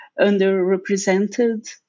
underrepresented